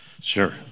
Sure